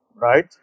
Right